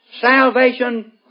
Salvation